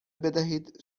بدهید